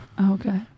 Okay